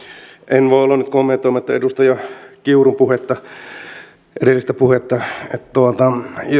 en voi olla nyt kommentoimatta edustaja kiurun edellistä puhetta